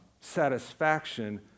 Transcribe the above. satisfaction